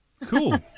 Cool